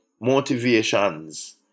Motivations